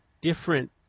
different